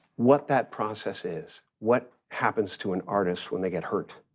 what that process is, what happens to an artist when they get hurt,